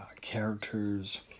characters